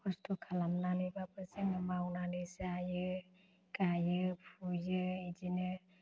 खस्थ' खालामनानैबाबो जोङो मावनानै जायो गायो फुयो बिदिनो